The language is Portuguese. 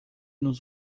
nos